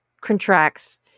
Contracts